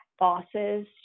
bosses